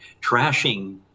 trashing